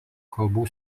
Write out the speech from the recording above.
kalbų